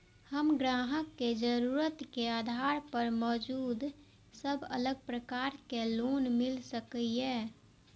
हम ग्राहक के जरुरत के आधार पर मौजूद सब अलग प्रकार के लोन मिल सकये?